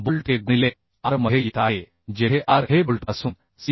bolt k गुणिले r मध्ये येत आहे जेथे r हे बोल्टपासून cg